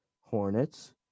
hornets